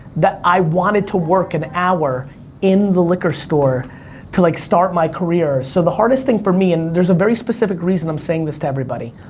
that i wanted to work an hour in the liquor store to, like, start my career. so the hardest thing for me, and there's a very specific reason i'm saying this to everybody,